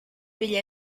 bila